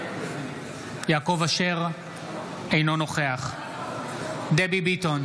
אינו נוכח דבי ביטון,